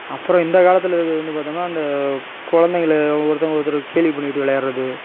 அப்புறம் இந்த காலத்தில் இருக்கிறது வந்து பார்த்தோம்னா அந்த குழந்தைங்கள ஒருத்தவங்க ஒருத்தர் கேளி பண்ணிவிட்டு விளையாடுறது